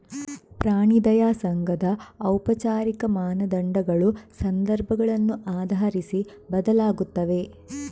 ಪ್ರಾಣಿ ದಯಾ ಸಂಘದ ಔಪಚಾರಿಕ ಮಾನದಂಡಗಳು ಸಂದರ್ಭಗಳನ್ನು ಆಧರಿಸಿ ಬದಲಾಗುತ್ತವೆ